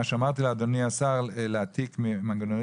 מה שאמרתי לאדוני השר להעתיק מנגנוני